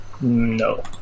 No